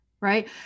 right